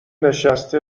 نشسته